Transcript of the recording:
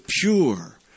pure